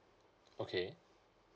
okay